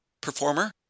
performer